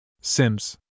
Sims